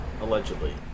Allegedly